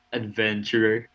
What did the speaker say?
adventurer